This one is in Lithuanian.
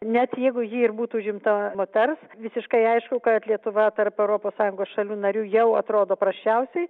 net jeigu ji ir būtų užimta moters visiškai aišku kad lietuva tarp europos sąjungos šalių narių jau atrodo prasčiausiai